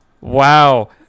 Wow